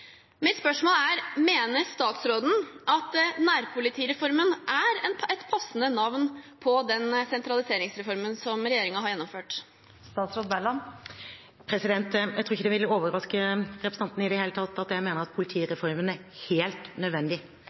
Mitt spørsmål er: Mener statsråden at nærpolitireformen er et passende navn på den sentraliseringsreformen som regjeringen har gjennomført? Jeg tror ikke det vil overraske representanten i det hele tatt at jeg mener at politireformen er helt nødvendig.